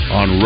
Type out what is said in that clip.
on